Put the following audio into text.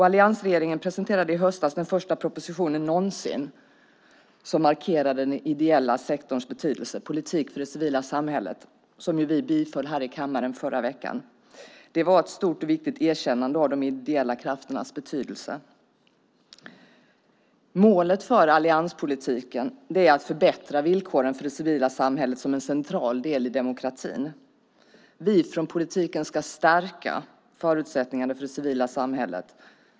Alliansregeringen presenterade i höstas den första propositionen någonsin som markerade den ideella sektorns betydelse, En politik för det civila samhället , som vi biföll här i kammaren förra veckan. Det var ett stort och viktigt erkännande av de ideella krafternas betydelse. Målet för allianspolitiken är att förbättra villkoren för det civila samhället som en central del i demokratin. Vi från politiken ska stärka förutsättningarna för det civila samhället.